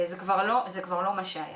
זה כבר לא מה שהיה.